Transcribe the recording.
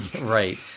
right